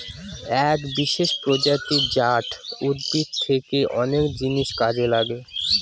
এক বিশেষ প্রজাতি জাট উদ্ভিদ থেকে অনেক জিনিস কাজে লাগে